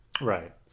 Right